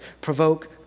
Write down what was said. provoke